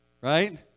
Right